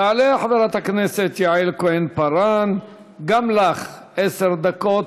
תעלה חברת הכנסת יעל כהן-פארן, גם לך עשר דקות,